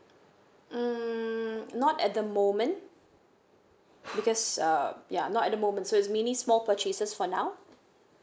mm not at the moment because uh ya not at the moment so is mini small purchases for now